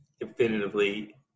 definitively